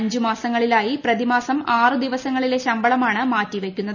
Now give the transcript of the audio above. അഞ്ച് മാസങ്ങളിലായി പ്രതിമാസം ആറ് ദിവസങ്ങളിലെ ശമ്പളമാണ് മാറ്റിവയ്ക്കുന്നത്